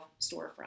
storefront